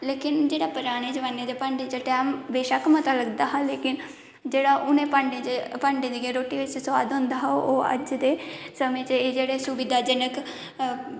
लेकिन जेहड़ा पराने जमाने दे भांडे च टैंम बेशक मता लगदा हा लेकिन जेहड़ा भांडे च रोटी दा सुआद होंदा हा अज्ज दे समें च एह् जेहड़ी सुविधा जियां कि